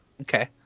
okay